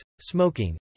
smoking